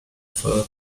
fuego